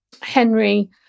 Henry